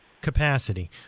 capacity